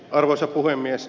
arvoisa puhemies